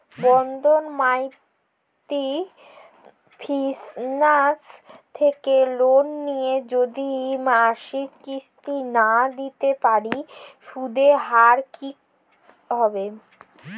বন্ধন micro finance থেকে loan নিয়ে যদি মাসিক কিস্তি না দিতে পারি সুদের হার কি হবে?